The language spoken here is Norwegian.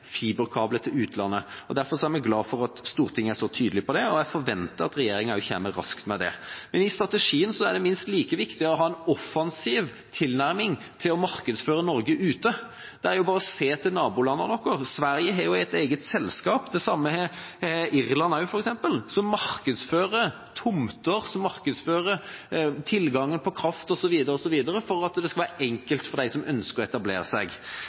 tydelig på det, og jeg forventer at regjeringa også kommer raskt med det. I strategien er det minst like viktig å ha en offensiv tilnærming til å markedsføre Norge ute. Det er bare å se til nabolandene våre. Sverige har et eget selskap, det samme har Irland, som markedsfører tomter, som markedsfører tilgangen på kraft osv. for at det skal være enkelt for dem som ønsker å etablere seg.